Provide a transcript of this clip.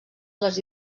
les